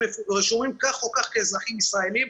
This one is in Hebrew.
הם רשומים כך או כך כאזרחים ישראלים,